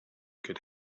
could